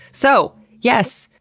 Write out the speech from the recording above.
so yes!